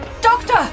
Doctor